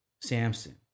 Samson